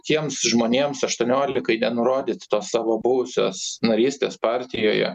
tiems žmonėms aštuoniolikai nenurodyti tos savo buvusios narystės partijoje